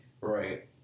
Right